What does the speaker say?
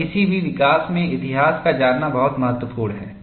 और किसी भी विकास में इतिहास को जानना बहुत महत्वपूर्ण है